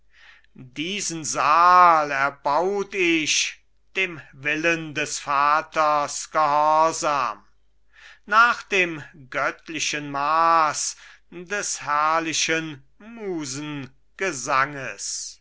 diesen saal erbaut ich dem willen des vaters gehorsam nach dem göttlichen maß des herrlichsten